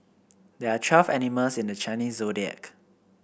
there are twelve animals in the Chinese Zodiac